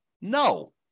No